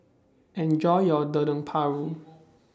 Enjoy your Dendeng Paru